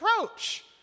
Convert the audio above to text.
approach